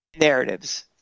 narratives